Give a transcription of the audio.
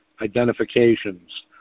Identifications